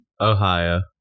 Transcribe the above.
Ohio